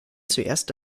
zuerst